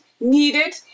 needed